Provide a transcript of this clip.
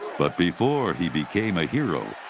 but before he became a hero,